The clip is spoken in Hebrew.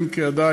אם כי עדיין